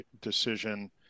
decision